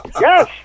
Yes